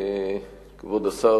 כבוד השר,